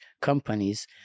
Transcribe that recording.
companies